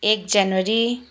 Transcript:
एक जनवरी